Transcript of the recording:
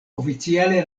oficiale